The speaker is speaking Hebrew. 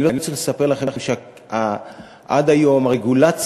אני לא צריך לספר לכם שעד היום הרגולציה